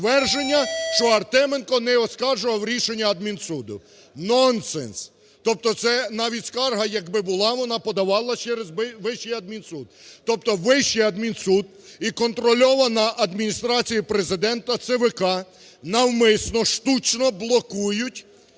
що Артеменко не оскаржував рішення адмінсуду. Нонсенс! Тобто це навіть скарга, якби була, вона подавалась би через Вищий адмінсуд. Тобто Вищий адмінсуд і контрольована Адміністрацією Президента ЦВК навмисно штучно блокують